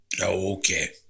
Okay